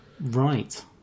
right